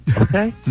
okay